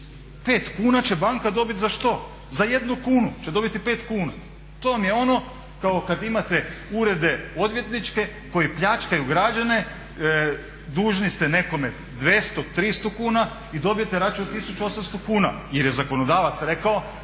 Pet kuna će banka dobiti za što? Za jednu kunu će dobiti pet kuna. To vam je ono kao kad imate odvjetnike koji pljačkaju građane dužni ste nekome 200, 300 kn i dobijete račun od 1800 kuna jer je zakonodavac rekao